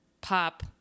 pop